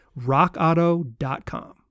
RockAuto.com